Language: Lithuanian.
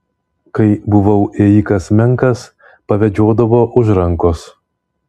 kai buvau ėjikas menkas pavedžiodavo už rankos